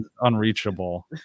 unreachable